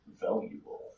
valuable